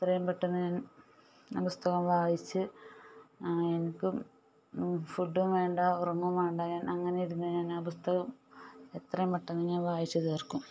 എത്രയും പെട്ടെന്ന് ഞാൻ ആ പുസ്തകം വായിച്ച് എനിക്കും ഫുഡും വേണ്ട ഉറങ്ങുകയും വേണ്ട ഞാൻ അങ്ങനെയിരുന്ന് ഞാൻ ആ പുസ്തകം എത്രയും പെട്ടെന്ന് ഞാൻ വായിച്ചു തീർക്കും